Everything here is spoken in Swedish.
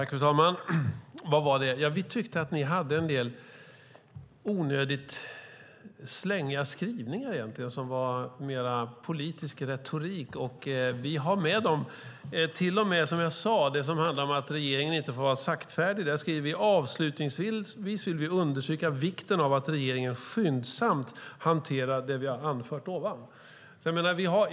Fru talman! Vi tyckte att ni hade en del onödigt slängiga skrivningar som mest var politisk retorik. Vi har med det mesta, och som jag sade, när det gäller att regeringen inte får vara saktfärdig skriver vi: "Avslutningsvis vill vi understryka vikten av att regeringen skyndsamt hanterar det vi har anfört ovan."